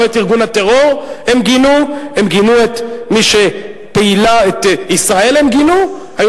לא את ארגון הטרור הם גינו, את ישראל הם גינו.